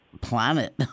planet